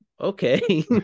Okay